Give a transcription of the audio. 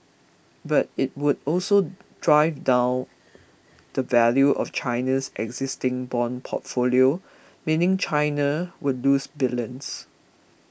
but it would also drive down the value of China's existing bond portfolio meaning China would lose billions